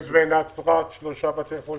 יש שלושה בתי חולים.